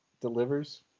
delivers